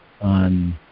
on